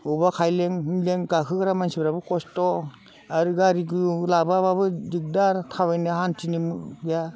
बबावबा खायलें खुइलें गाखोग्रा मानसिफ्राबो खस्थ' आरो गारि गुबुन लाबोआब्लाबो दिगदार थाबायनो हान्थिनो गैया